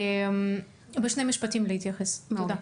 תודה.